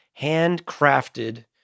handcrafted